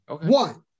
One